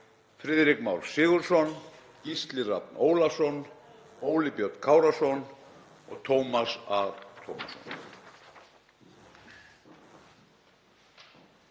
Friðrik Már Sigurðsson, Gísli Rafn Ólafsson, Óli Björn Kárason og Tómas A. Tómasson.